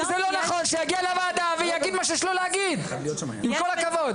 אם זה לא נכון שיגיע לוועדה ויגיד מה שיש לו להגיד עם כל הכבוד.